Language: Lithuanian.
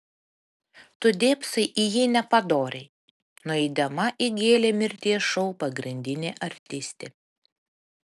tu dėbsai į jį nepadoriai nueidama įgėlė mirties šou pagrindinė artistė